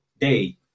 day